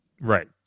right